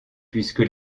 puisque